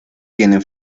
tienen